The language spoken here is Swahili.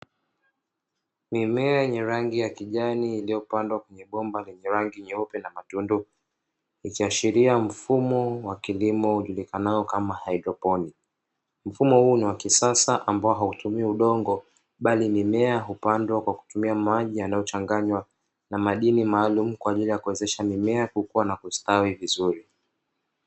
Mimea yenye rangi ya kijani iliyopandwa kwenye bomba lenye rangi nyeupe na matundu, ikiashiria mfumo wa kilimo ujulikanao kama haidroponi. Mfumo huu ni wa kisasa ambao hautumii udongo bali mimea hupandwa kwa kutumia maji yanayochanganywa na madini maalumu, kwa ajii ya kuwezesha mimea kukua na kustawi vizuri.